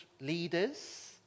leaders